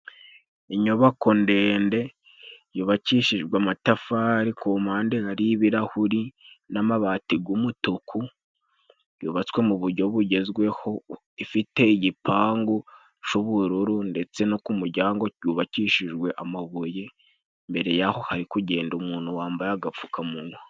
Inyubako ndende yubakishijwe amatafari ku mpande hari ibirahuri n'amabati g'umutuku, yubatswe mu buryo bugezweho, ifite igipangu c'ubururu ndetse no ku mu ryango cubakishijwe amabuye. Imbere y'aho hari kugenda umuntu wambaye agapfukamunwa.